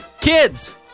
Kids